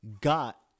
got